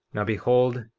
now behold,